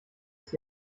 des